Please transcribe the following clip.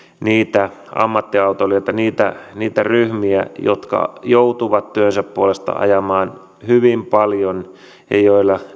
ammattiautoilijoita ja niitä ryhmiä jotka joutuvat työnsä puolesta ajamaan hyvin paljon ja joilla